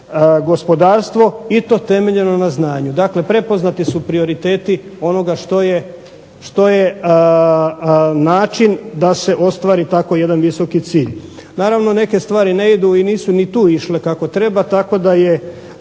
gospodarstvo i to temeljeno na znanju. Dakle, prepoznati su prioriteti onoga što je način da se ostvari tako jedan visoki cilj. Naravno neke stvari ne idu i nisu ni tu išle kako treba, tako da je